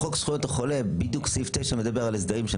חוק זכויות החולה, סעיף 9, מדבר על הסדרים.